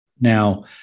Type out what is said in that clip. Now